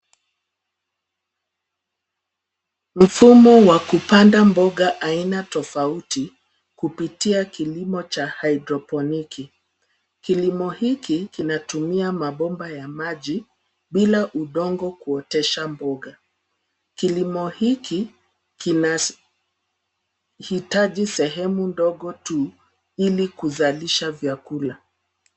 Mfumo wa kupanda mboga aina tofauti kupitia kilimo cha hydroponiki. Kilimo hiki kinatumia mabomba ya maji bila udongo kuoteza mboga. Kilimo hiki kinashi hitaji sehemu ndogo tu ili kuzalisha vyakula.